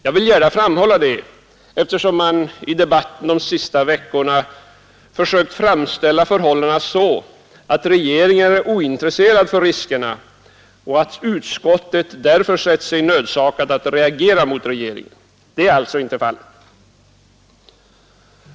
Jag vill gärna framhålla detta, eftersom man i debatten de senaste veckorna försökt framställa förhållandena så, att regeringen är ointresserad av riskerna och att utskottet därför sett sig nödsakat att reagera mot regeringen. Så är alltså inte fallet.